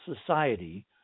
society